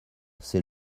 c’est